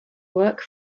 work